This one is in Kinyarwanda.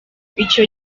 icyo